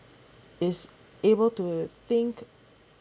is able to think